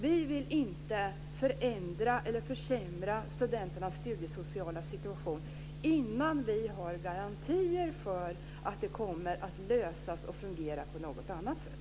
Vi vill inte försämra studenternas studiesociala situation innan det finns garantier för att det kommer att lösas och fungera på något annat sätt.